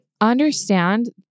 understand